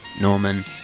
Norman